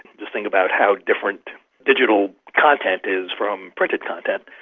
just think about how different digital content is from printed content.